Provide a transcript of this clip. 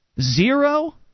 zero